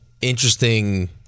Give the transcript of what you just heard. interesting